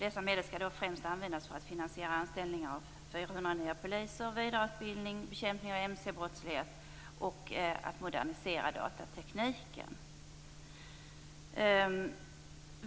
Dessa medel skall främst användas till att finansiera anställning av 400 nya poliser, vidareutbildning, bekämpning av mcbrottslighet och modernisering av datatekniken.